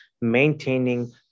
maintaining